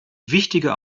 wichtige